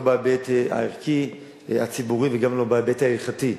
לא בהיבט הערכי הציבורי וגם לא בהיבט ההלכתי.